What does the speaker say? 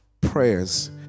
prayers